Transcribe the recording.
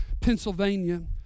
Pennsylvania